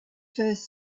first